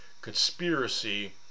conspiracy